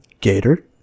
Gator